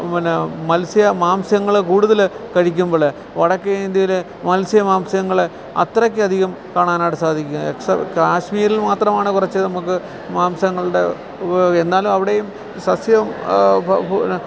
പിന്നെ മൽസ്യ മാംസ്യങ്ങള് കൂടുതല് കഴിക്കുമ്പോള് വടക്കേ ഇന്ത്യയില് മൽസ്യ മാംസ്യങ്ങള് അത്രയ്ക്കധികം കാണാനായിട്ട് സാധിക്കില്ല കാശ്മീരിൽ മാത്രമാണ് കുറച്ച് നമുക്ക് മാംസങ്ങളുടെ ഉപയോഗം എന്നാലും അവിടെയും സസ്യവും